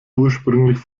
ursprünglich